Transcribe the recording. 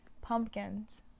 Pumpkins